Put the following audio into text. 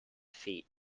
feet